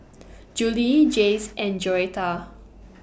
Juli Jayce and Joretta